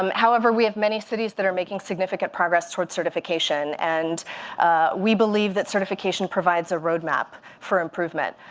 um however, we have many cities that are making significant progress towards certification. and we believe that certification provides a roadmap for improvement.